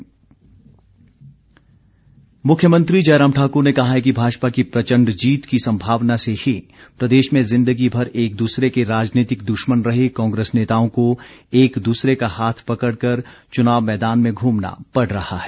मुख्यमंत्री मुख्यमंत्री जयराम ठाकुर ने कहा है कि भाजपा की प्रचण्ड जीत की संभावना से ही प्रदेश में जिंदगी भर एक दूसरे के राजनीतिक दुश्मन रहे कांग्रेस नेताओं को एक दूसरे का हाथ पकड़ कर चुनाव मैदान में घूमना पड़ रहा है